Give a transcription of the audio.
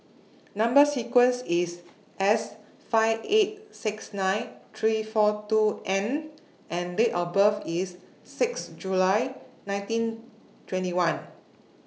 Number sequence IS S five eight six nine three four two N and Date of birth IS six July nineteen twenty one